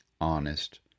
honest